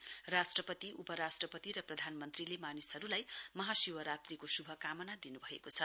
यस उपलक्ष्यमा राष्ट्रपति उपराष्ट्रपति र प्रधानमन्त्रीले मानिसहरूलाई महाशिवरात्रीको श्भकामना दिन्भएको छ